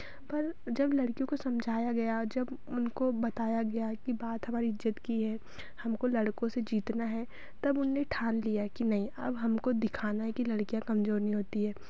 पर जब लड़कियों को समझाया गया जब उनको बताया गया कि बात हमारी इज़्ज़त की है हमको लड़कों से जीतना है तब उन्होंने ठान लिया कि नहीं अब हमको दिखाना है कि लड़कियाँ कमज़ोर नहीं होती हैं